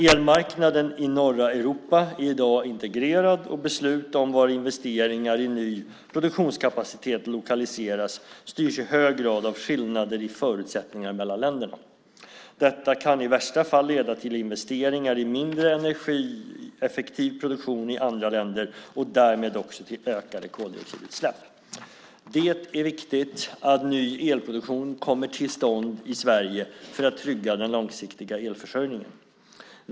Elmarknaden i norra Europa är i dag integrerad, och beslut om var investeringar i ny produktionskapacitet lokaliseras styrs i hög grad av skillnader i förutsättningar mellan länderna. Detta kan i värsta fall leda till investeringar i mindre energieffektiv produktion i andra länder och därmed också till ökade koldioxidutsläpp. Det är viktigt att ny elproduktion kommer till stånd i Sverige för att trygga den långsiktiga elförsörjningen.